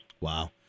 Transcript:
Wow